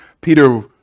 Peter